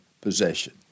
possession